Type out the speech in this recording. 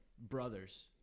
brothers